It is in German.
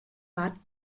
bad